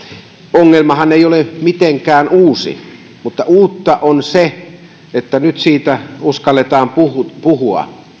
ongelmahan ei ole mitenkään uusi mutta uutta on se että nyt siitä uskalletaan puhua puhua